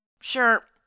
Sure